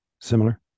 similar